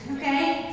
Okay